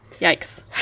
Yikes